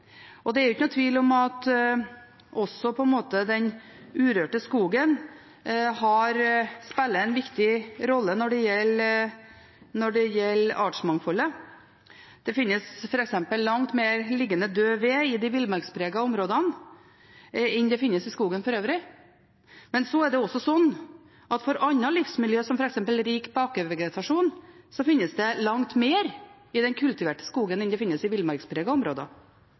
Og det er ingen tvil om at også den urørte skogen på en måte spiller en viktig rolle når det gjelder artsmangfoldet. Det finnes f.eks. langt mer liggende død ved i de villmarkspregede områdene enn det finnes i skogen for øvrig, men det er også slik at når det gjelder andre livsmiljø, som f.eks. rik bakkevegetasjon, finnes det langt mer i den kultiverte skogen enn det finnes i villmarkspregede områder.